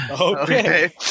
Okay